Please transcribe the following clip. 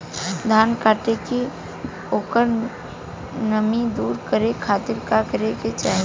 धान कांटेके ओकर नमी दूर करे खाती का करे के चाही?